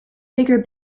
bigger